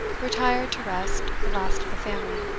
retired to rest the last of the family.